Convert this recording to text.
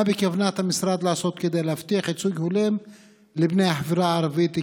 3. מה בכוונת המשרד לעשות כדי להבטיח ייצוג הולם לבני החברה הערבית,